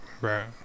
Right